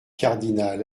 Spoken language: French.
cardinal